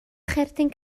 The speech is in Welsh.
cherdyn